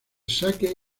saque